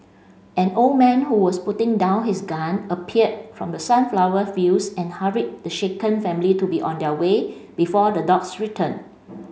an old man who was putting down his gun appeared from the sunflower fields and hurried the shaken family to be on their way before the dogs return